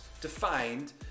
defined